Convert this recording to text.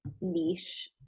niche